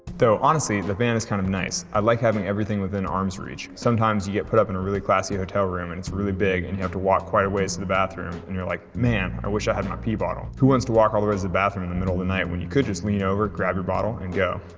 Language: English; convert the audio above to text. though honestly the van is kind of nice. i like having everything within arm's reach. sometimes you get put up in a really classy hotel room and it's really big and you have to walk quite a ways to the bathroom, and you're like man, i wish i had my pee bottle. who wants to walk all the way to the bathroom in the middle of the night when you could just lean over, grab your bottle and go.